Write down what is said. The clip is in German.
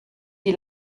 die